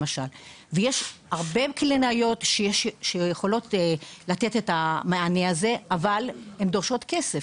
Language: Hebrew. למשל ויש הרבה קלינאיות שיכולות לתת את המענה הזה אבל הן דורשות כסף.